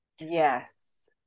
Yes